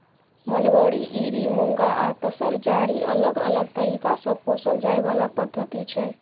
mulberry, eri, muga आ तसर चारि अलग अलग तरीका सँ पोसल जाइ बला पद्धति छै